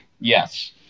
Yes